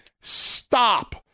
stop